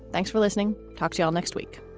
thanks for listening. talk to you all next week